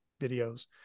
videos